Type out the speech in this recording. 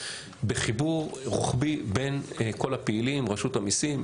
בחיבור רוחבי בין כל הפעילים רשות המיסים,